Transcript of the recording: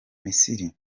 misiri